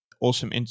awesome